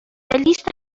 لیست